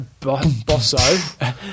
bosso